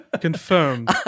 Confirmed